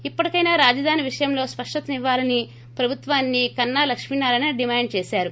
ఇప్పటికైనా రాజధాని విషయంలో స్పష్టతనివ్వాలని ప్రభుత్వాన్ని కన్నా లక్ష్మీనారాయణ డిమాండ్ చేశారు